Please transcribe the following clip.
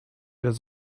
ряд